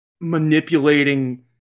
manipulating